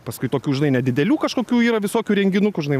paskui tokių žinai nedidelių kažkokių yra visokių renginukų žinai